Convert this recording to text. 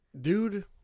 Dude